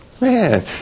man